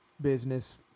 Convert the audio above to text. business